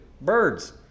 Birds